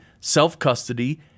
self-custody